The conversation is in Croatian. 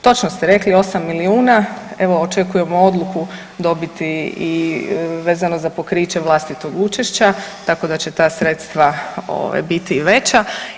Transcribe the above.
Točno ste rekli 8 milijuna, evo očekujemo odluku dobiti i vezano za pokriće vlastitog učešća, tako da će ta sredstva ovaj biti i veća.